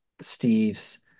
steve's